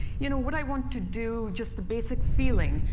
you know, what i want to do. just the basic feeling.